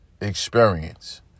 experience